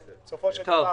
בסופו של דבר,